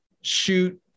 shoot